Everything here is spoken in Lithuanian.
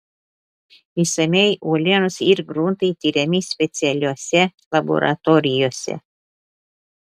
išsamiai uolienos ir gruntai tiriami specialiose laboratorijose